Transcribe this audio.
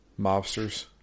mobsters